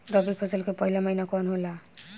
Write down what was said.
रबी फसल के पहिला महिना कौन होखे ला?